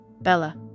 Bella